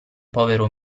povero